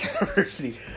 University